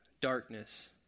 darkness